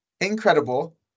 incredible